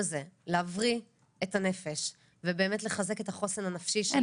להבריא את הנפש ובאמת לחזק את החוסן הנפשי.